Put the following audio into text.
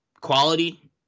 quality